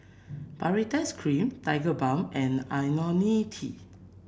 Baritex Cream Tigerbalm and IoniL T